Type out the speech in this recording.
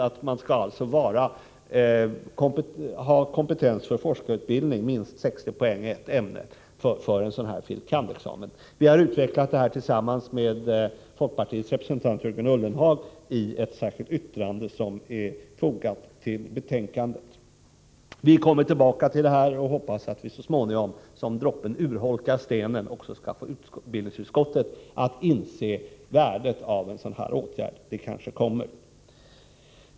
Vederbörande skall alltså ha kompetens för forskarutbildning — minst 60 poäng i ett ämne — för att få en sådan här fil. kand.-examen. Vi har utvecklat detta tillsammans med folkpartiets representant Jörgen Ullenhag i ett särskilt yttrande som är fogat till betänkandet. Vi kommer tillbaka till saken och hoppas att det blir så, att droppen urholkar stenen. Vi räknar alltså med att även utbildningsutskottet skall inse värdet av en sådan här åtgärd — det kanske kommer.